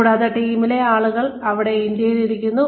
കൂടാതെ ടീമിലെ ആളുകൾ ഇവിടെ ഇന്ത്യയിൽ ഇരിക്കുന്നു